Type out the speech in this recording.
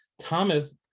Thomas